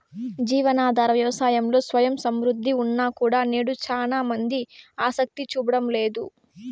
జీవనాధార వ్యవసాయంలో స్వయం సమృద్ధి ఉన్నా కూడా నేడు చానా మంది ఆసక్తి చూపడం లేదు